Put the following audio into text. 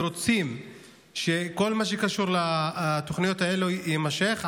ורוצים שכל מה שקשור לתוכניות האלה יימשך,